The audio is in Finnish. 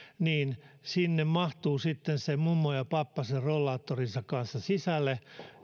mahtuu sitten ne mummo ja pappa sen rollaattorinsa kanssa sisälle